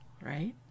right